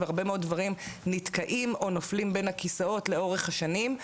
והרבה מאוד דברים נתקעים או נופלים בין הכיסאות לאורך השנים.